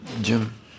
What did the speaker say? Jim